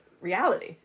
reality